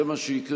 זה מה שיקרה.